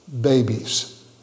babies